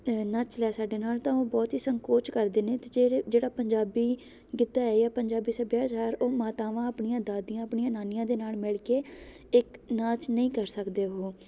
ਨੱਚ ਲੈ ਸਾਡੇ ਨਾਲ਼ ਤਾਂ ਉਹ ਬਹੁਤ ਹੀ ਸੰਕੋਚ ਕਰਦੇ ਨੇ ਅਤੇ ਜਿਹੜੇ ਜਿਹੜਾ ਪੰਜਾਬੀ ਗਿੱਧਾ ਹੈ ਜਾਂ ਪੰਜਾਬੀ ਸੱਭਿਆਚਾਰ ਉਹ ਮਾਤਾਵਾਂ ਆਪਣੀਆਂ ਦਾਦੀਆਂ ਆਪਣੀਆਂ ਨਾਨੀਆਂ ਦੇ ਨਾਲ਼ ਮਿਲ ਕੇ ਇੱਕ ਨਾਚ ਨਹੀਂ ਕਰ ਸਕਦੇ ਉਹ